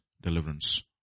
deliverance